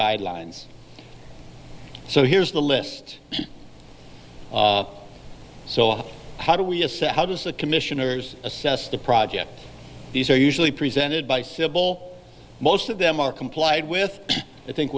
guidelines so here's the list so how do we assess how does the commissioners assess the project these are usually presented by sibal most of them are complied with i think